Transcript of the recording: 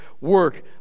work